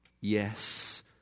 yes